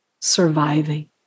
surviving